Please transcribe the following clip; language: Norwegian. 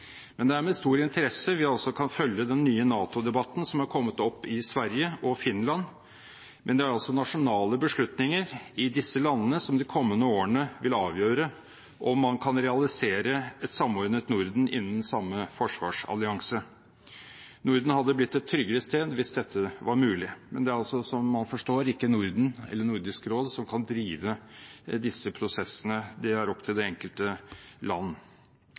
Det er med stor interesse vi kan følge den nye NATO-debatten som har kommet opp i Sverige og Finland, men det er nasjonale beslutninger i disse landene som de kommende årene vil avgjøre om man kan realisere et samordnet Norden innenfor samme forsvarsallianse. Norden hadde blitt et tryggere sted hvis dette var mulig. Men det er, som man forstår, ikke Norden eller Nordisk råd som kan drive disse prosessene. Det er opp til det enkelte land.